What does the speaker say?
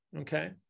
Okay